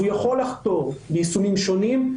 והוא יכול לחתור ביישומים שונים,